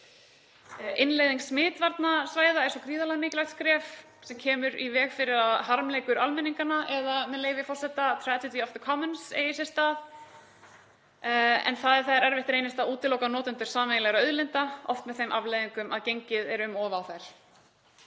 Innleiðing smitvarnasvæða er svo gríðarlega mikilvægt skref sem kemur í veg fyrir að harmleikur almenninganna eða, með leyfi forseta, „tragedy of the commons“ eigi sér stað en það er þegar erfitt reynist að útiloka notendur sameiginlegra auðlinda, oft með þeim afleiðingum að gengið er um of á þær.